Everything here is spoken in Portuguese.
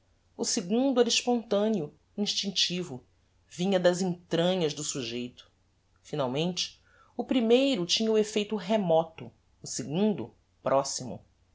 o segundo era espontaneo instintivo vinha das entranhas do sugeito finalmente o primeiro tinha o effeito remoto o segundo proximo